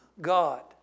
God